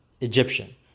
Egyptian